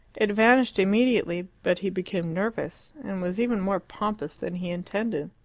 it vanished immediately but he became nervous, and was even more pompous than he intended.